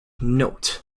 note